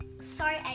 sorry